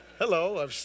hello